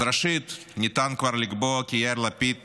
אז ראשית, ניתן כבר לקבוע כי יאיר לפיד